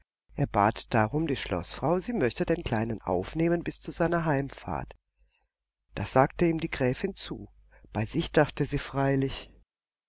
er bat darum die schloßfrau sie möchte den kleinen aufnehmen bis zu seiner heimfahrt das sagte ihm die gräfin zu bei sich dachte sie freilich